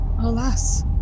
Alas